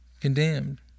condemned